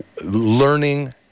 learning